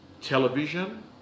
Television